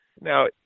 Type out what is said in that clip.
Now